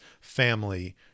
family